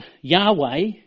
Yahweh